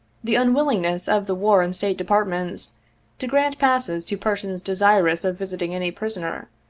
the unwillingness of the war and state departments to grant passes to persons desirous of visiting any prisoner,